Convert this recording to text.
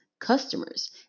customers